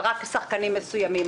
ורק שחקנים מסוימים.